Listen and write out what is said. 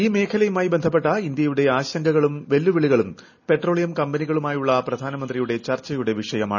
ഈ മേഖലയുമായി ബന്ധപ്പെട്ട ഇന്ത്യയുടെ ആശങ്കകളും വെല്ലുവിളികളും പെട്രോളിയം കമ്പനികളുമായുള്ള പ്രധാനമന്ത്രിയുടെ ചർച്ചയുടെ വിഷയമാണ്